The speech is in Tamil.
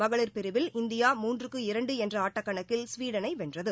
மகளிர் பிரிவில் இந்தியா மூன்றுக்கு இரண்டு என்ற ஆட்டக்கணக்கில் ஸ்வீடனை வென்றது